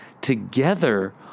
together